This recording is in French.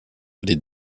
les